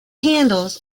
handles